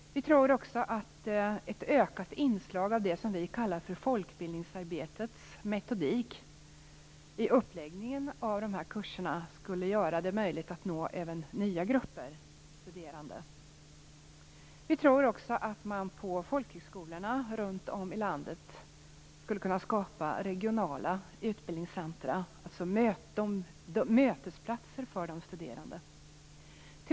Vi tror att ett ökat inslag av det som vi kallar för folkbildningsarbetets metodik i uppläggningen av kurserna skulle göra det möjligt att nå även nya grupper studerande. Vi tror vidare att man vid folkhögskolorna runt om i landet skulle kunna skapa regionala utbildningscentrum som mötesplatser för de studerande.